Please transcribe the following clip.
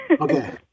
Okay